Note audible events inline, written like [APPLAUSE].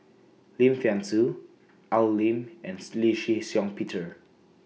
Lim Thean Soo Al Lim and [UNINTELLIGIBLE] Lee Shih Shiong Peter